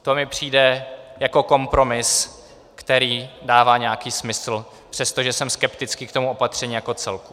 To mi přijde jako kompromis, který dává nějaký smysl, přestože jsem skeptický k tomu opatření jako celku.